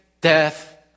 death